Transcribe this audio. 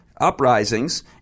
uprisings